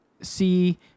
see